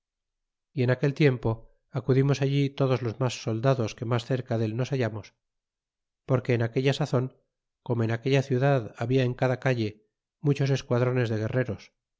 y en aquel tiempo acudimos allí todos los mas soldados que mas cerca del nos hallamos porque en aquella sazon como en aquella ciudad labia en cada callo muchos esquadrones de guerreros